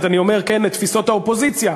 לתפיסת האופוזיציה,